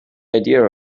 idea